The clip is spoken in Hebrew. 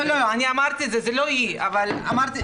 אמרתי,